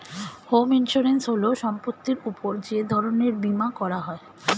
home insurance হল সম্পত্তির উপর যে ধরনের বীমা করা হয়